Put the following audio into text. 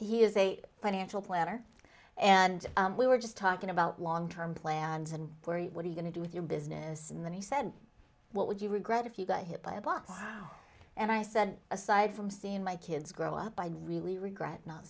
he is a financial planner and we were just talking about long term plans and what are you going to do with your business and then he said what would you regret if you got hit by a box and i said aside from seeing my kids grow up i really regret not